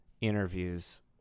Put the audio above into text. interviews